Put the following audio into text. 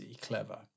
clever